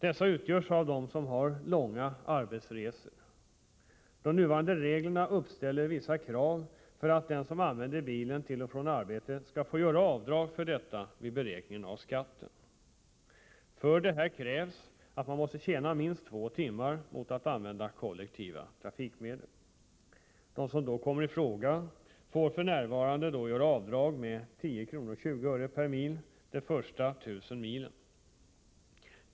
Dessa utgörs av dem som har långa arbetsresor. De nuvarande reglerna uppställer vissa krav för att den som använder bilen till och från arbetet skall få göra avdrag för detta vid beräkningen av skatten. Härför krävs att man måste tjäna minst två timmar jämfört med att använda kollektiva trafikmedel. De som då kommer i fråga får f. n. göra avdrag med 10,20 kr. per mil för de första 1 000 milen.